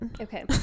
okay